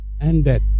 ended